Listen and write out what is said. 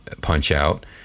Punch-Out